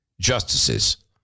justices